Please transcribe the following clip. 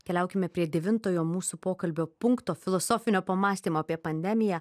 keliaukime prie devintojo mūsų pokalbio punkto filosofinio pamąstymo apie pandemiją